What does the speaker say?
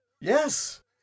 yes